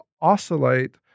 oscillate